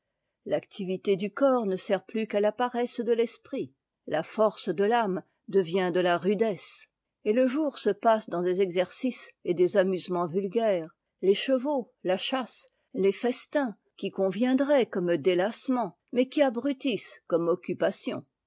l'activité du corps ne sert plus qu'à la paresse de l'esprit la force de l'âme devient de la rudesse et le jour se passe dans des exercices et des amusements vulgaires les chevaux la chasse les festins qui conviendraient comme détassement mais qui abrutissent comme occupations